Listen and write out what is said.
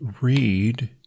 read